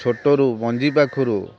ଛୋଟରୁ ମଞ୍ଜି ପାଖରୁ